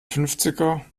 fünfziger